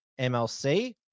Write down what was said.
mlc